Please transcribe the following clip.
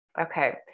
Okay